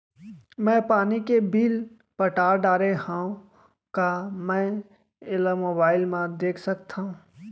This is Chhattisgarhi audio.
मैं पानी के बिल पटा डारे हव का मैं एला मोबाइल म देख सकथव?